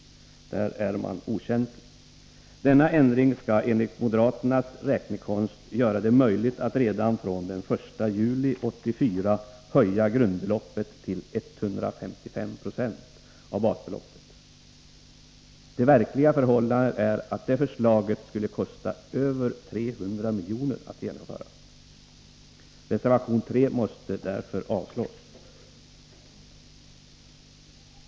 Där är man okänslig. Denna ändring skall enligt moderaternas räknekonst göra det möjligt att redan den 1 juli 1984 höja grundbeloppet till 155 96 av basbeloppet. Det verkliga förhållandet är att förslaget skulle kosta över 300 miljoner att genomföra. Reservation 3 måste därför avslås.